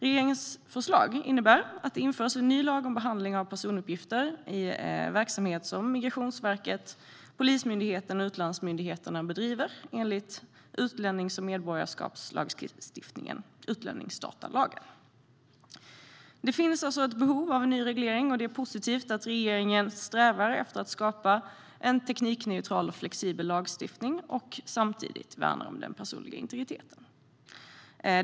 Regeringens förslag innebär att det införs en ny lag om behandling av personuppgifter i verksamhet som Migrationsverket, Polismyndigheten och utlandsmyndigheterna bedriver enligt utlännings och medborgarskapslagstiftningen: utlänningsdatalagen. Det finns alltså ett behov av en ny reglering, och det är positivt att regeringen strävar efter att skapa en teknikneutral och flexibel lagstiftning och samtidigt värnar om den personliga integriteten.